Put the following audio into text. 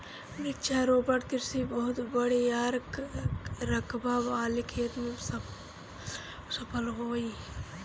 वृक्षारोपण कृषि बहुत बड़ियार रकबा वाले खेत में सफल होई